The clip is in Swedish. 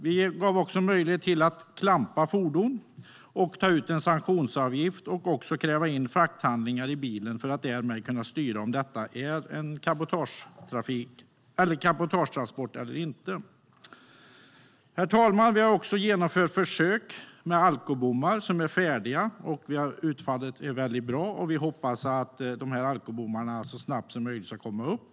Vi har gett möjlighet att klampa fordon, ta ut en sanktionsavgift och kräva frakthandlingar i bilen för att därmed kunna styra om det är en cabotagetransport eller inte. Herr talman! Vi har genomfört försök med alkobommar. De är färdiga, och utfallet är väldigt bra. Vi hoppas att dessa alkobommar så snabbt som möjligt ska komma upp.